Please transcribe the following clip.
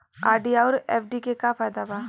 RD आउर FD के का फायदा बा?